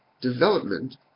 development